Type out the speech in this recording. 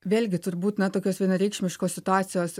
vėlgi turbūt na tokios vienareikšmiškos situacijos